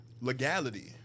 legality